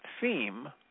theme